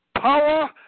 Power